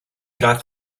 got